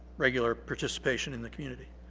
regular participation in the community.